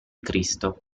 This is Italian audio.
cristo